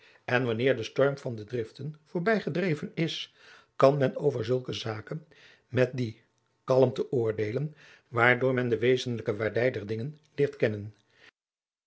en wanneer de storm van de driften voorbij gedreven is kan men over zulke zaken met die kalmte oordeelen waardoor men de wezenlijke waardij der dingen leert kennen